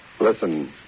Listen